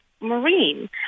Marine